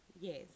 Yes